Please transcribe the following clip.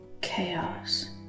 Chaos